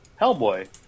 Hellboy